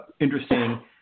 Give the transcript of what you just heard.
interesting